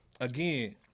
Again